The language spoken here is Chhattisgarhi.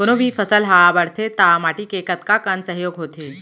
कोनो भी फसल हा बड़थे ता माटी के कतका कन सहयोग होथे?